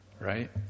right